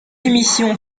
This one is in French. émission